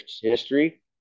history